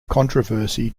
controversy